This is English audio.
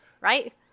right